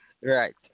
right